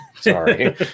Sorry